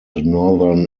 northern